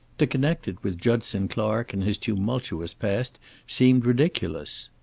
to connect it with judson clark and his tumultuous past seemed ridiculous.